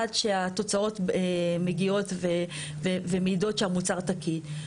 עד שהתוצאות מגיעות ומעידות שהמוצר תקין.